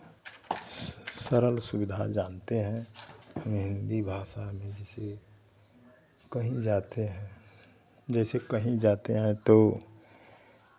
सरल सुविधा जानते हैं हम हिन्दी भाषा में जैसे कहीं जाते हैं जैसे कहीं जाते हैं तो